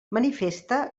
manifesta